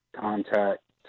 contact